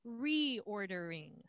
reordering